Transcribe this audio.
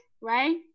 right